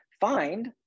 find